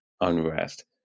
unrest